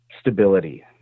stability